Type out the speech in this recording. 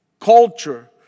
culture